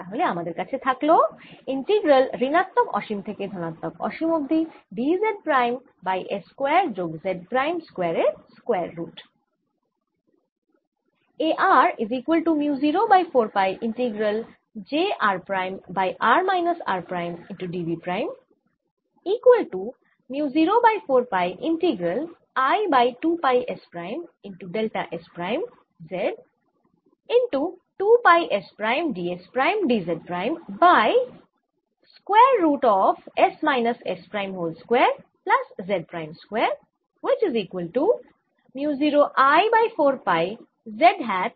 তাহলে আমাদের কাছে থাকল ইন্টিগ্রাল ঋণাত্মক অসীম থেকে ধনাত্মক অসীম অবধি d Z prime by S square যোগ Z প্রাইম স্কয়ার এর স্কয়ার রুট